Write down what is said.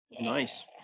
nice